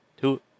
two